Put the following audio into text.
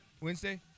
Wednesday